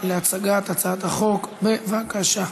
הצעת חוק זכויות התלמיד (תיקון,